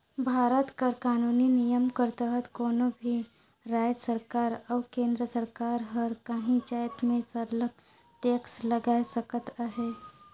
भारत कर कानूनी नियम कर तहत कोनो भी राएज सरकार अउ केन्द्र कर सरकार हर काहीं जाएत में सरलग टेक्स लगाए सकत अहे